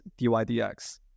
DYDX